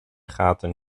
gaten